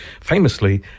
Famously